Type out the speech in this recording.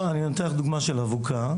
אני נותן לך דוגמא של אבוקה.